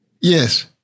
Yes